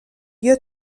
بیا